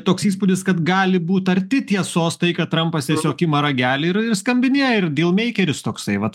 toks įspūdis kad gali būt arti tiesos tai kad trampas tiesiog ima ragelį ir ir skambinėja ir dyl meikeris toksai vat